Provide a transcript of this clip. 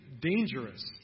dangerous